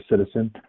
citizen